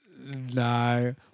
No